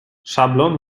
szablon